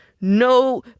no